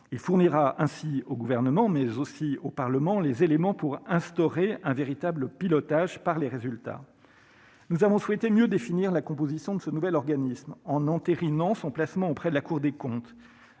Il fournira ainsi au Gouvernement, mais aussi au Parlement, les éléments pour instaurer un véritable « pilotage par les résultats ». Nous avons souhaité mieux définir la composition de ce nouvel organisme, en entérinant son placement auprès de la Cour des comptes,